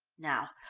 now,